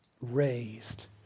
raised